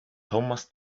thomas